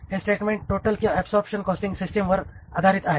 हे statement total किंवा absorption costing सिस्टिमवर आधारित आहेत